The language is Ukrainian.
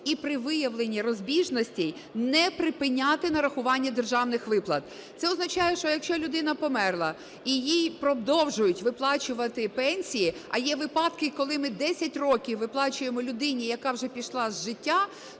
і при виявленні розбіжностей не припиняти нарахування державних виплат. Це означає, що якщо людина померла і їй продовжують виплачувати пенсії. А є випадки, коли ми 10 років виплачуємо людині, яка вже пішла з життя.